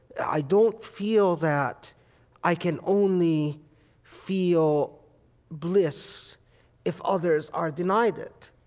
i don't feel that i can only feel bliss if others are denied it.